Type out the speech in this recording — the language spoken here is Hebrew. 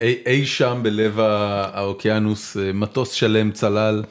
איי איי שם, בלב האוקיינוס, מטוס שלם, צלל.